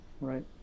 Right